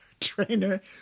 trainer